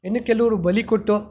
ಇನ್ನು ಕೆಲವರು ಬಲಿ ಕೊಟ್ಟು